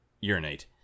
urinate